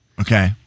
Okay